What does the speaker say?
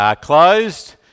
closed